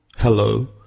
Hello